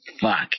fuck